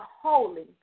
holy